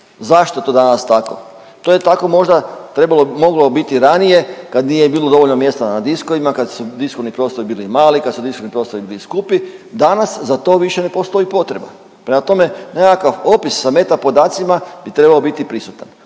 Zašto je to danas tako? To je tako možda trebalo, moglo biti ranije kad nije bilo dovoljno mjesta na diskovima, kad su diskovni prostori bili mali, kad su diskovni prostori bili skupi. Danas za to više ne postoji potreba. Prema tome nekakav opis sa meta podacima bi trebao biti prisutan.